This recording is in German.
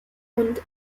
und